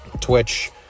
Twitch